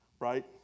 right